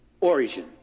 origin